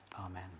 Amen